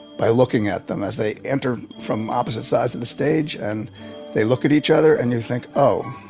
by looking at them as they enter from opposite sides of the stage and they look at each other and you think, oh,